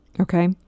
Okay